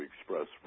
express